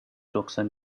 doksan